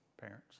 parents